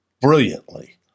brilliantly